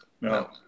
No